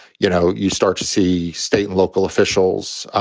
you know, you start to see state and local officials